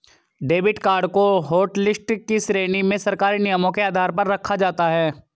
debit card को hotlist की श्रेणी में सरकारी नियमों के आधार पर रखा जाता है